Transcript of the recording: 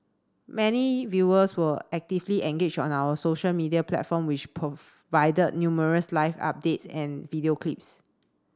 many viewers were actively engaged on our social media platform which provided numerous live updates and video clips